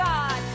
God